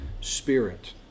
spirit